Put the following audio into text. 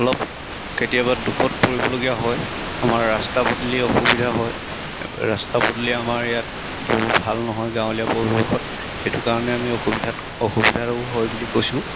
অলপ কেতিয়াবা দুখত পৰিবলগীয়া হয় আমাৰ ৰাস্তা পদূলি অসুবিধা হয় ৰাস্তা পদূলি আমাৰ ইয়াত বহুত ভাল নহয় গাঁৱলীয়া পৰিৱেশত সেইটো কাৰণে আমি অসুবিধাত অসুবিধাটো হয় বুলি কৈছোঁ